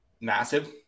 massive